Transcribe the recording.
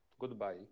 goodbye